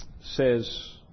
says